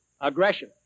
aggression